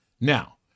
Now